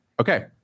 okay